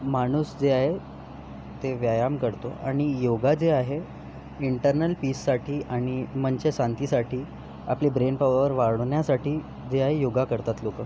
माणूस जे आहे ते व्यायाम करतो आणि योगा जे आहे इंटरनल पीससाठी आणि मनच्या शांतीसाठी आपली ब्रेन पॉवर वाढवण्यासाठी जे आहे योगा करतात लोक